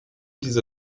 diese